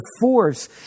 force